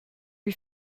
lui